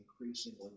increasingly